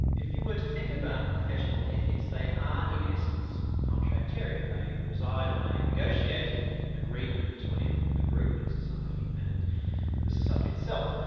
if you were to think about professional ethics, they are in essence, contractarian. they reside on a negotiated agreement between a group in society and the society itself.